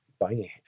buying